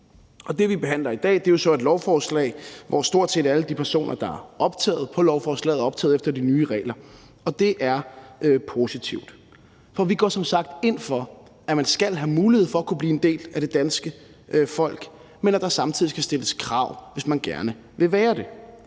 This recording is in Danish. Det, vi behandler i dag, er så et lovforslag, hvor stort set alle de personer, der er optaget på lovforslaget, er optaget efter de nye regler, og det er positivt, for vi går som sagt ind for, at man skal have mulighed for at kunne blive en del af det danske folk, men at der samtidig skal stilles krav, hvis man gerne vil være det.